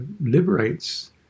liberates